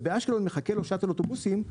ובאשקלון מחכה לו שאטל אוטובוסים,